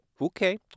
Okay